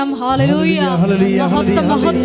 hallelujah